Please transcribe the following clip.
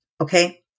Okay